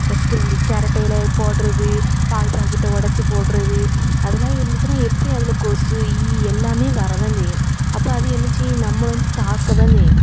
first வந்து செரட்டைகள போடுறது பால் பாக்கெட்டை ஒடைச்சி போடுறது அதலாம் இருந்துச்சுன்னா எப்படி அதில் கொசு ஈ எல்லாமே வர தான் செய்யும் அப்போது அது என்ன செய்யும் நம்மளை வந்து தாக்க தான் செய்யும்